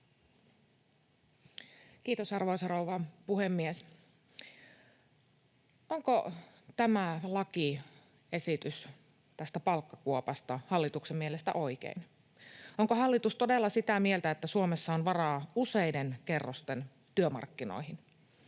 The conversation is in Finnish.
Kiitos, arvoisa rouva puhemies! Onko tämä lakiesitys tästä palkkakuopasta hallituksen mielestä oikein? Onko hallitus todella sitä mieltä, että Suomessa on varaa useiden kerrosten työmarkkinoihin?